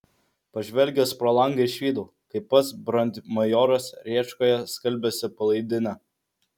pažvelgęs pro langą išvydau kaip pats brandmajoras rėčkoje skalbiasi palaidinę